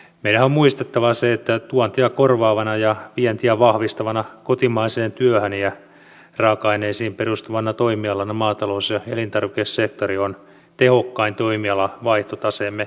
meidänhän on muistettava se että tuontia korvaavana ja vientiä vahvistavana kotimaiseen työhön ja raaka aineisiin perustuvana toimialana maatalous ja elintarvikesektori on tehokkain toimiala vaihtotaseemme vahvistamiseen